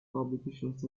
publications